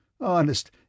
Honest